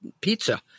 pizza